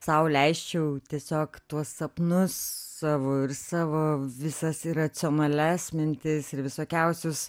sau leisčiau tiesiog tuos sapnus savo ir savo visas iracionalias mintis ir visokiausius